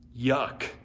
Yuck